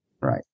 right